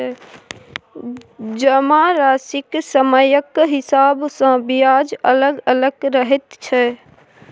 जमाराशिक समयक हिसाब सँ ब्याज अलग अलग रहैत छै